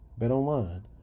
BetOnline